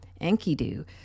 Enkidu